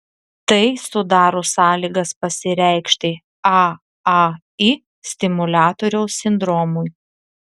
tai sudaro sąlygas pasireikšti aai stimuliatoriaus sindromui